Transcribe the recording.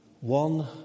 One